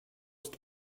ist